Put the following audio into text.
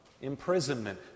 imprisonment